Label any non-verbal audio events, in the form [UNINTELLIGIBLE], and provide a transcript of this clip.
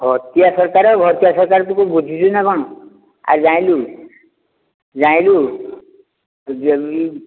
ଘଟିଆ ସରକାର ଘଟିଆ ସରକାର ତୁ କିଛି ବୁଝିଛୁ ନା କ'ଣ ଆଉ ଜାଣିଲୁ ଜାଣିଲୁ [UNINTELLIGIBLE]